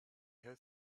heard